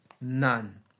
none